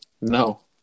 No